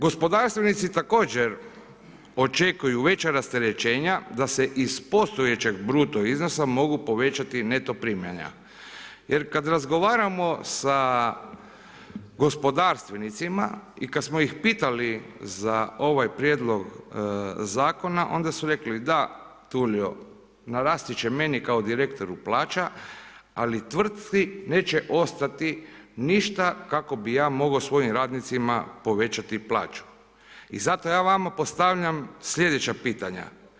Gospodarstvenici također očekuju veća rasterećenja da se iz postojećeg bruto iznosa mogu povećati neto primanja, jer kad razgovaramo sa gospodarstvenicima i kad smo ih pitali za ovaj prijedlog zakona, onda su rekli da Tulio narasti će meni kao direktoru plaća, ali tvrtci neće ostati ništa kako bi ja mogao svojim radnicima povećati plaću, i zato ja vama postavljam sljedeća pitanja.